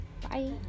bye